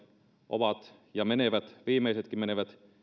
ovat ja viimeisetkin menevät